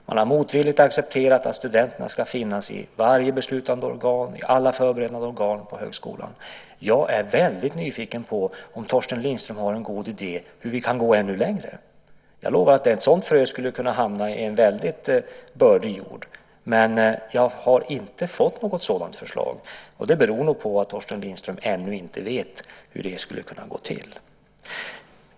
Man har motvilligt accepterat att studenterna ska finnas i varje beslutande organ, i alla förberedande organ på högskolan. Jag är väldigt nyfiken på om Torsten Lindström har en god idé om hur vi kan gå ännu längre. Jag lovar att ett sådant frö skulle kunna hamna i en väldigt bördig jord. Men jag har inte fått något sådant förslag, och det beror nog på att Torsten Lindström ännu inte vet hur det skulle kunna gå till.